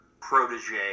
protege